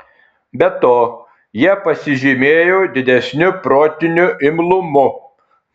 be to jie pasižymėjo didesniu protiniu imlumu